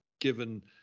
given